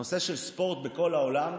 הנושא של ספורט בכל העולם,